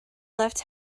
left